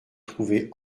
trouvé